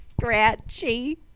scratchy